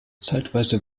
zeitweise